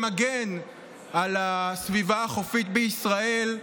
שמגן על הסביבה החופית בישראל.